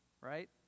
right